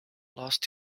lost